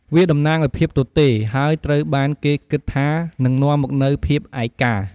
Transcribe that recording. វាតំណាងឱ្យភាពទទេ ហើយត្រូវបានគេគិតថានឹងនាំមកនូវភាពឯកា។